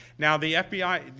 now, the fbi, you